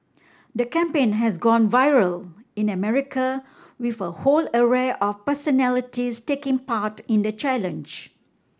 the campaign has gone viral in America with a whole array of personalities taking part in the challenge